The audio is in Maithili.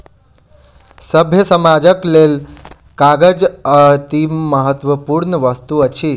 सभ्य समाजक लेल कागज अतिमहत्वपूर्ण वस्तु अछि